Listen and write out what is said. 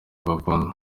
bakunda